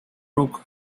broke